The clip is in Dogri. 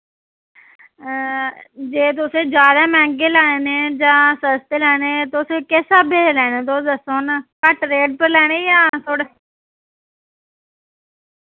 जे तुस ज्यादा मैहंगे लैने जां सस्ते लैने तुस किस स्हाबे दे लैने तुस दस्सो ना घट रेट पर लैने जां थोह्ड़े